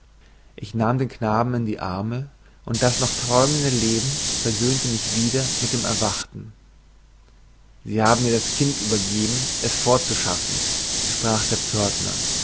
ich nahm den knaben in die arme und das noch träumende leben versöhnte mich wieder mit dem erwachten sie haben mir das kind übergeben es fortzuschaffen sprach der pförtner